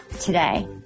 today